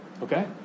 Okay